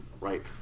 right